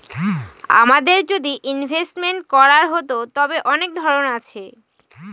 আমাদের যদি ইনভেস্টমেন্ট করার হতো, তবে অনেক ধরন আছে